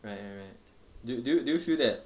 right right do you do you feel that